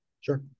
Sure